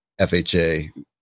FHA